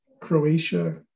Croatia